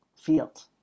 field